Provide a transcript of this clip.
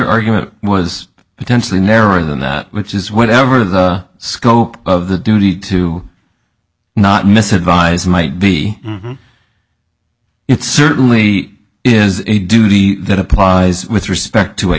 argument was potentially narrower than that which is whatever the scope of the duty to not miss advise might be it certainly is a duty that applies with respect to a